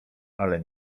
ale